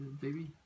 baby